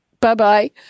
bye-bye